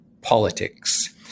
politics